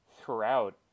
throughout